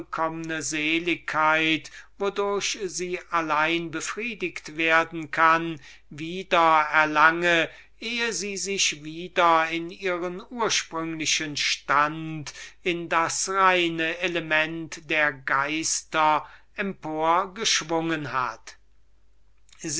wodurch sie allein befriediget werden kann wieder erlange eh sie sich wieder in ihren ursprünglichen stand in das reine element der geister empor geschwungen hat